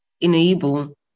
enable